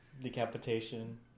Decapitation